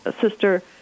sister